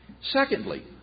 Secondly